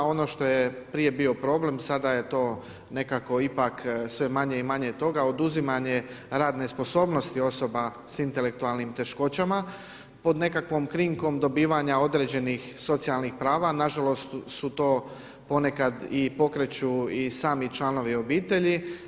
Ono što je prije bio problem, sada je to nekako ipak sve manje i manje toga, oduzimanje radne sposobnosti osoba sa intelektualnim teškoćama pod nekakvom krinkom dobivanja određenih socijalnih prava, nažalost su to ponekad i pokreću i sami članovi obitelji.